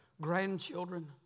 Grandchildren